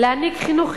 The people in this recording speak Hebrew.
להעניק חינוך חינם,